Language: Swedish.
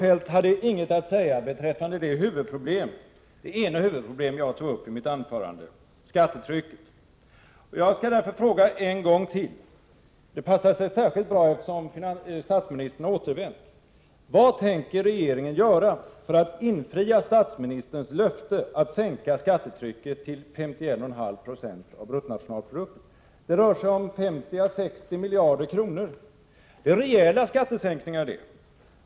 Fru talman! Kjell-Olof Feldt hade inget att säga beträffande det ena av de huvudproblem jag tog upp i mitt anförande, nämligen skattetrycket. Jag skall därför fråga en gång till. Det passar särskilt bra, eftersom statsministern har återvänt till kammaren. Vad tänker regeringen göra för att infria statsministerns löfte att sänka skattetrycket till 51,5 96 av bruttonationalprodukten? Det rör sig om 50 å 60 miljarder kronor. Det är rejäla skattesänkningar.